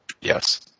Yes